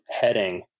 heading